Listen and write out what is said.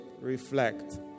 reflect